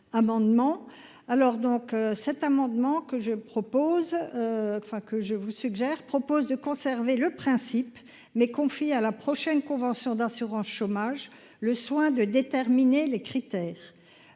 propose, enfin, que je vous suggère propose de conserver le principe mais confie à la prochaine convention d'assurance chômage, le soin de déterminer les critères,